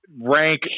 rank